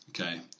Okay